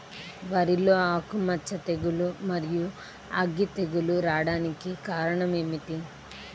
వరిలో ఆకుమచ్చ తెగులు, మరియు అగ్గి తెగులు రావడానికి కారణం ఏమిటి?